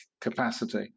capacity